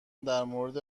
درمورد